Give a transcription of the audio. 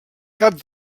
cap